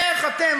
איך אתם,